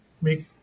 make